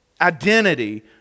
identity